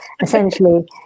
essentially